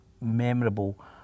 memorable